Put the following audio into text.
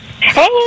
Hey